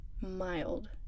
mild